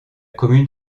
commune